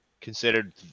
considered